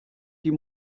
die